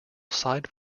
side